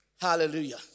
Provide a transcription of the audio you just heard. Hallelujah